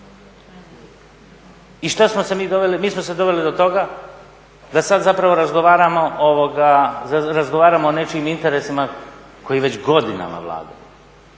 I šta smo se mi doveli? Mi smo se doveli do toga da sada razgovaramo o nečijim interesima koji već godinama vladaju.